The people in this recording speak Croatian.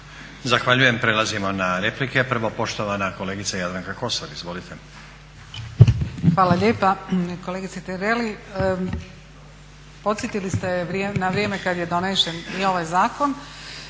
Zahvaljujem. Prelazimo na replike. Prvo poštovana kolegica Jadranka Kosor, izvolite. **Kosor, Jadranka (Nezavisni)** Hvala lijepa. Kolegice Tireli, podsjetili ste na vrijeme kad je donesen i ovaj zakon,